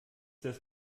das